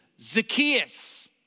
Zacchaeus